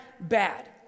bad